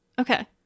Okay